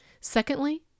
Secondly